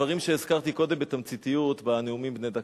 דברים שהזכרתי קודם בתמציתיות בנאומים בני דקה.